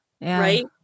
right